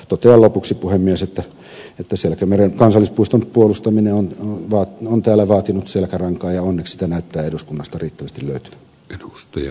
totean lopuksi puhemies että selkämeren kansallispuiston puolustaminen on täällä vaatinut selkärankaa ja onneksi sitä näyttää eduskunnasta riittävästi löytyvän